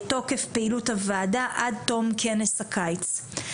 תוקף פעילות הוועדה: עד תום כנס הקיץ.